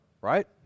right